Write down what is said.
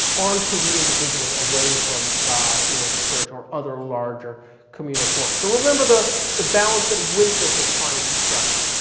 onto the individual away from god or the church or other larger communal forms. so remember the the balance that winthrop was trying to strike.